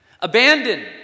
Abandon